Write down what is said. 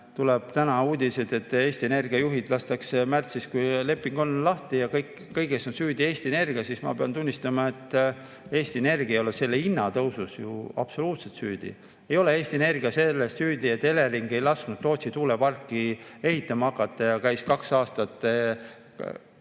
tuleb täna uudiseid, et Eesti Energia juhid lastakse märtsis, kui leping [lõpeb], lahti ja kõiges on süüdi Eesti Energia, siis ma pean tunnistama, et Eesti Energia ei ole selle hinna tõusus ju absoluutselt süüdi. Ei ole Eesti Energia selles süüdi, et Elering ei lasknud Tootsi tuuleparki ehitama hakata ja käis kaks aastat kohut.